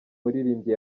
muririmbyi